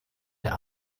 der